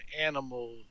animal